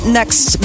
next